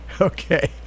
okay